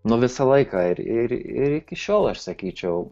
nu visą laiką ir ir iki šiol aš sakyčiau